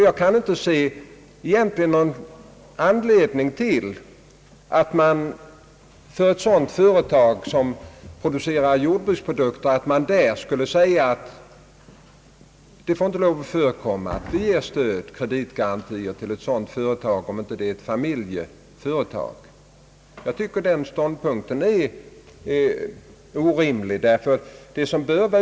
Jag kan inte se någon anledning till att vi skulle låta bli att ge kreditgarantier till företag som framställer jordbruksprodukter bara för att det inte är fråga om familjeföretag. Den ståndpunkten är orimlig.